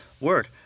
Word